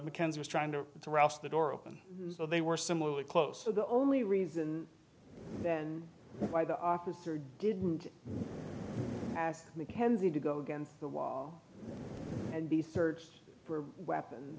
mckenzie was trying to rouse the door open so they were similarly close so the only reason then by the officer didn't ask me kenzie to go against the wall and be searched for weapons